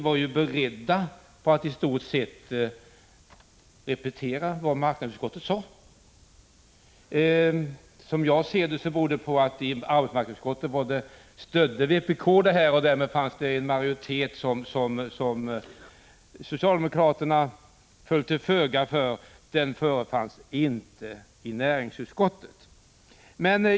Vi var ju beredda på att i stort sett repetera vad arbetsmarknadsutskottet sade. Som jag ser det beror det på att vpk stödde förslaget i arbetsmark sadsutskottet, och därmed fanns det en majoritet som socialdemokraterna föll till föga för. Den majoriteten förefanns inte i näringsutskottet.